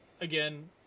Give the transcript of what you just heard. again